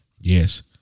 Yes